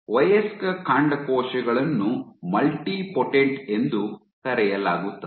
ವಯಸ್ಕ ಕಾಂಡಕೋಶಗಳನ್ನು ಮಲ್ಟಿಪೋಟೆಂಟ್ ಎಂದು ಕರೆಯಲಾಗುತ್ತದೆ